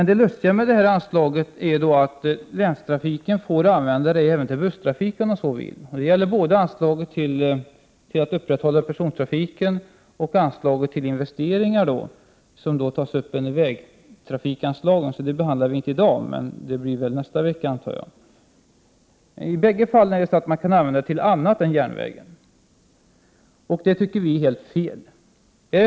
Det lustiga med det anslaget är att länstrafiken får använda det även till busstrafik, om man så vill. Det gäller både anslaget för att upprätthålla persontrafiken och för investeringar. Det senare tas upp under vägtrafikanslagen, så det behandlas inte i dag, utan det kommer antagligen att behandlas nästa vecka. I bägge fallen kan man använda pengarna till annat än järnvägen. Det tycker vi är helt fel.